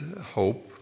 hope